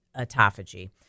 autophagy